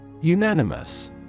Unanimous